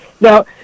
Now